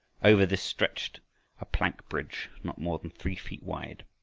over this stretched a plank bridge not more than three feet wide.